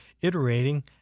iterating